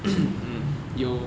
mm 有